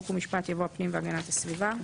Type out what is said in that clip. הדיור הציבוריבמקום "הכלכלה" יבוא "הפנים והגנת הסביבה".